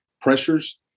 pressures